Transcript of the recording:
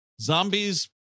zombies